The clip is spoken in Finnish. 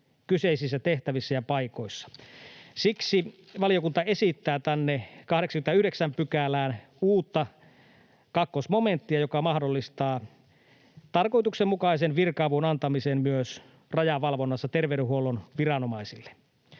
kyseisissä tehtävissä ja paikoissa. Siksi valiokunta esittää 89 §:ään uutta kakkosmomenttia, joka mahdollistaa tarkoituksenmukaisen virka-avun antamisen myös rajavalvonnassa terveydenhuollon viranomaisille.